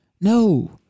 no